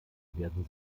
werden